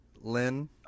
Lynn